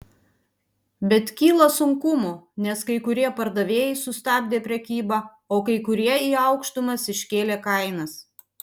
bet kyla sunkumų nes kai kurie pardavėjai sustabdė prekybą o kai kurie į aukštumas iškėlė kainas